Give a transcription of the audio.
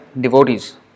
devotees